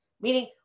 meaning